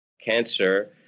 cancer